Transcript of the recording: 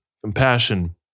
compassion